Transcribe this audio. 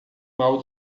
mal